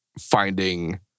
finding